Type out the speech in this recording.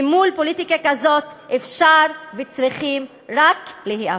ומול פוליטיקה כזאת אפשר וצריכים רק להיאבק.